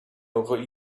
over